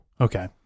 Okay